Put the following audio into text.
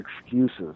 excuses